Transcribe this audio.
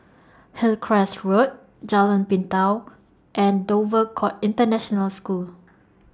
Hillcrest Road Jalan Pintau and Dover Court International School